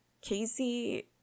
Casey